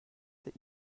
that